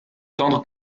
tendres